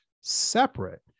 separate